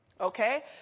Okay